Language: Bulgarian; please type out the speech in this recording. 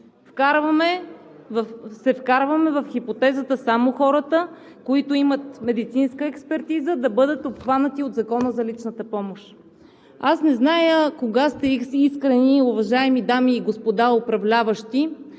се вкарваме в хипотезата само хората, които имат медицинска експертиза, да бъдат обхванати от Закона за личната помощ. Аз не зная кога сте искрени, уважаеми дами и господа управляващи,